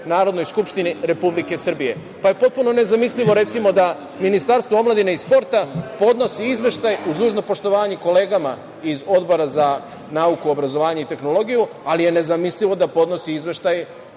Narodnoj skupštini Republike Srbije, pa je potpuno nezamislivo, recimo, da Ministarstvo omladine i sporta podnosi izveštaj, uz dužno poštovanje kolegama iz Odbora za nauku, obrazovanje i tehnologiju, ali je nezamislivo da podnosi izveštaj